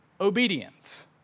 obedience